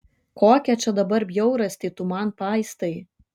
kokią čia dabar bjaurastį tu man paistai